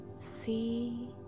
See